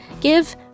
give